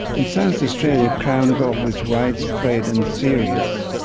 in south australia, crown gall was widespread and serious,